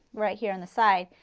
right here in the side.